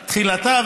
בתחילתה,